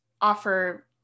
offer